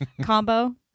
combo